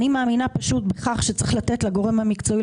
אני מאמינה פשוט בכך שצריך לתת לגורם המקצועי,